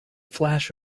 flash